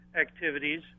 Activities